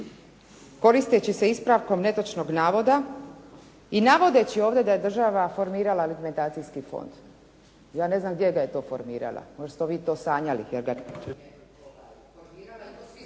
koristeći se ispravkom netočnog navoda i navodeći ovdje da je država formirala alimentacijski fond. Ja ne znam gdje ga je to formirala. Možda ste vi to sanjali